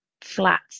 flat